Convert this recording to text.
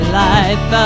life